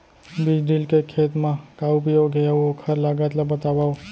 बीज ड्रिल के खेत मा का उपयोग हे, अऊ ओखर लागत ला बतावव?